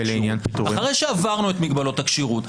אחרי שעברנו את מגבלות הכשירות,